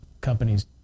companies